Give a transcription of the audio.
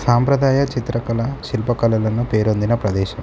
సాంప్రదాయ చిత్రకళ శిల్పకళలను పేరొందిన ప్రదేశం